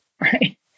right